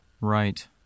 Right